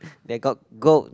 they got gold